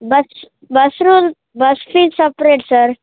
bus bus bus fees separate sir